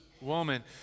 woman